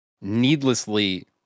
needlessly